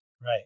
Right